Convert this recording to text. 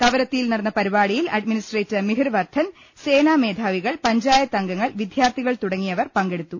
കവരത്തിയിൽ നടന്ന പരിപാടിയിൽ അഡ്മി നിസ്ട്രേറ്റർ മിഹിർ വർദ്ധൻ സേനാ ്രമേധാവികൾ പഞ്ചായത്ത് അംഗങ്ങൾ വിദ്യാത്ഥികൾ തുടങ്ങിയവർ പങ്കെടുത്തു